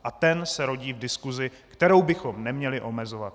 A ten se rodí v diskusi, kterou bychom neměli omezovat.